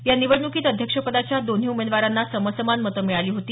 या निवडणुकीत अध्यक्ष पदाच्या दोन्ही उमेदवारांना समसमान मते मिळाली होती